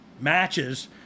matches